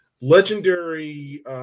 legendary